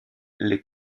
les